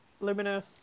Luminous